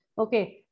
Okay